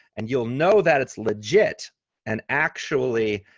and you'll know that it's legit and actually